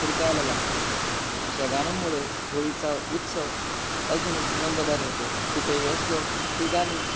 थिरकायला लागतो अशा गाण्यामुळं होळीचा उत्सव अजूनच रंगतदार होतो कुठेही असलो ही गाणी